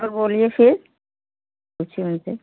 तो बोलिए फिर पूछो उन से